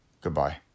Goodbye